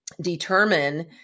determine